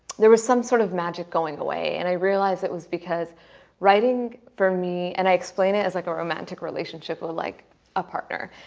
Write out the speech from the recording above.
there was some sort of magic going away and i realized it was because writing for me and i explained it as like a romantic relationship with like a partner.